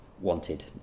wanted